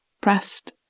pressed